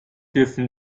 dürfen